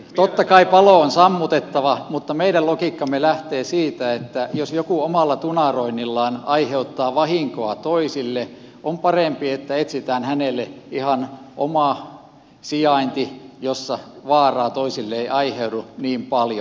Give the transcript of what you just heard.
totta kai palo on sammutettava mutta meidän logiikkamme lähtee siitä että jos joku omalla tunaroinnillaan aiheuttaa vahinkoa toisille on parempi että etsitään hänelle ihan oma sijainti jossa vaaraa toisille ei aiheudu niin paljon